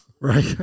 right